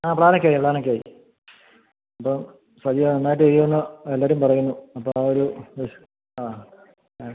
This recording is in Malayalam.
ആ പ്ലാനൊക്കെയായി പ്ലാനൊക്കെയായി അപ്പോൾ സജിയത് നന്നായിട്ട് ചെയ്യുമെന്ന് എല്ലാവരും പറയുന്നു അപ്പോൾ ആ ഒരു വിശ് ആ